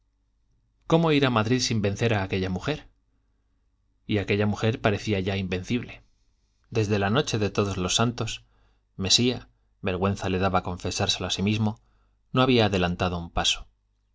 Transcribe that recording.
cómo ir a madrid sin vencer a aquella mujer y aquella mujer parecía ya invencible desde la noche de todos los santos mesía vergüenza le daba confesárselo a sí mismo no había adelantado un paso